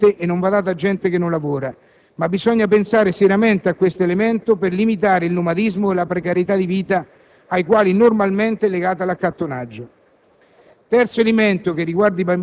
La casa non va data gratuitamente e non va data a gente che non lavora, ma bisogna pensare seriamente a questo elemento per limitare il nomadismo e la precarietà di vita ai quali, normalmente, è legato l'accattonaggio.